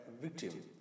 victim